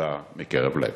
תודה מקרב לב.